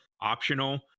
optional